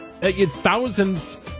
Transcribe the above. thousands